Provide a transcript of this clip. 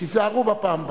סעיף 1,